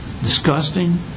disgusting